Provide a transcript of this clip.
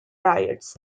riots